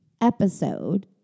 episode